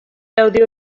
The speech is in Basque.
audio